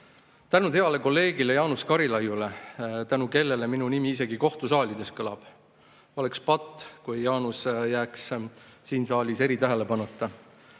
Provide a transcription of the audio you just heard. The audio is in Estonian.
heale kolleegile Jaanus Karilaiule, tänu kellele minu nimi isegi kohtusaalides kõlab. Seetõttu oleks patt, kui Jaanus jääks siin saalis eritähelepanuta.